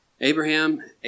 Abraham